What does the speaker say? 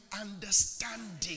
understanding